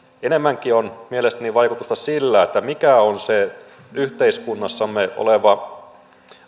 enemmänkin on mielestäni vaikutusta sillä mikä on se yhteiskunnassamme oleva